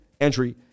entry